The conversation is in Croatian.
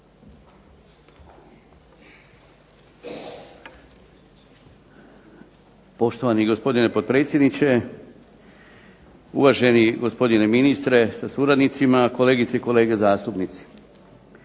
Poštovani gospodine potpredsjedniče, uvaženi gospodine ministre sa suradnicima, kolegice i kolege zastupnici.